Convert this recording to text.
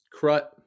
Crut